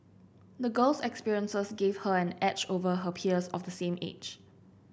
the girl's experiences gave her an edge over her peers of the same age